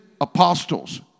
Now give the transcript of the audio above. Apostles